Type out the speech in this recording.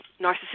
narcissistic